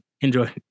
Enjoy